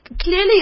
clearly